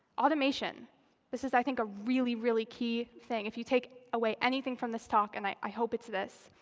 automation this is, i think, a really, really key thing. if you take away anything from this talk, and i hope it's this.